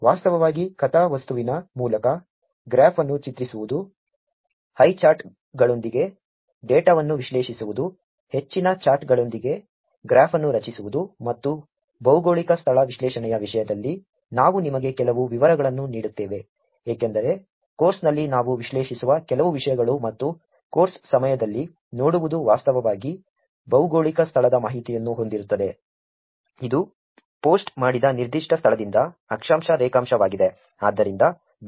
ವಾಸ್ತವವಾಗಿ ಕಥಾವಸ್ತುವಿನ ಮೂಲಕ ಗ್ರಾಫ್ ಅನ್ನು ಚಿತ್ರಿಸುವುದು ಹೈಚಾರ್ಟ್ಗಳೊಂದಿಗೆ ಡೇಟಾವನ್ನು ವಿಶ್ಲೇಷಿಸುವುದು ಹೆಚ್ಚಿನ ಚಾರ್ಟ್ಗಳೊಂದಿಗೆ ಗ್ರಾಫ್ ಅನ್ನು ರಚಿಸುವುದು ಮತ್ತು ಭೌಗೋಳಿಕ ಸ್ಥಳ ವಿಶ್ಲೇಷಣೆಯ ವಿಷಯದಲ್ಲಿ ನಾವು ನಿಮಗೆ ಕೆಲವು ವಿವರಗಳನ್ನು ನೀಡುತ್ತೇವೆ ಏಕೆಂದರೆ ಕೋರ್ಸ್ನಲ್ಲಿ ನಾವು ವಿಶ್ಲೇಷಿಸುವ ಕೆಲವು ವಿಷಯಗಳು ಮತ್ತು ಕೋರ್ಸ್ ಸಮಯದಲ್ಲಿ ನೋಡುವುದು ವಾಸ್ತವವಾಗಿ ಭೌಗೋಳಿಕ ಸ್ಥಳದ ಮಾಹಿತಿಯನ್ನು ಹೊಂದಿರುತ್ತದೆ ಇದು ಪೋಸ್ಟ್ ಮಾಡಿದ ನಿರ್ದಿಷ್ಟ ಸ್ಥಳದಿಂದ ಅಕ್ಷಾಂಶ ರೇಖಾಂಶವಾಗಿದೆ